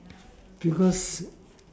because